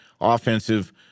offensive